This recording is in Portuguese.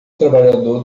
trabalhador